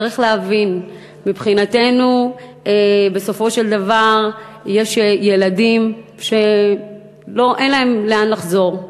צריך להבין שמבחינתנו בסופו של דבר יש ילדים שאין להם לאן לחזור,